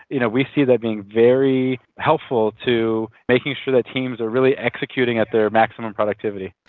you know we see that being very helpful to making sure that teams are really executing at their maximum productivity.